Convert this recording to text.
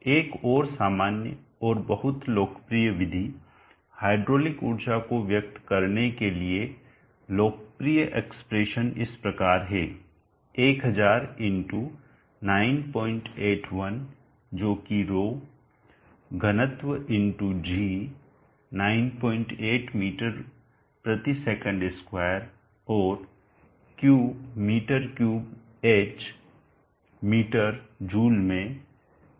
एक और सामान्य और बहुत लोकप्रिय विधि हाइड्रोलिक ऊर्जा को व्यक्त करने के लिए लोकप्रिय एक्सप्रेशन इस प्रकार है 1000 x 981 जो कि ρ घनत्व x g 98msec2 और Q m3 h metre joule में Qm3 में है